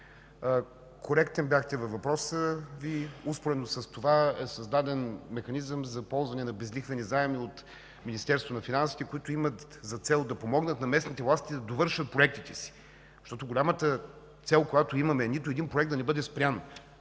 Коректен бяхте във въпроса си. Успоредно с това е създаден механизъм за ползване на безлихвени заеми от Министерството на финансите, които имат за цел да помогнат на местните власти да довършат проектите си, защото голямата цел, която имаме, е нито един проект да не бъде спрян,